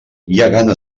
gana